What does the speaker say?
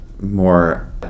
more